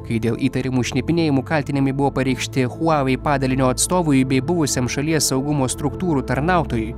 kai dėl įtarimų šnipinėjimu kaltinamai buvo pareikšti huavei padalinio atstovui bei buvusiam šalies saugumo struktūrų tarnautojui